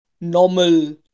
normal